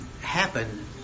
happen